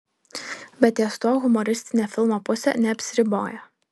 bet ties tuo humoristinė filmo pusė neapsiriboja